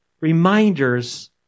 reminders